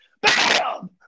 Bam